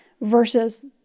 versus